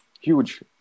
huge